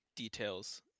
Details